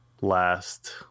last